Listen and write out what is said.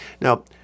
Now